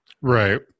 Right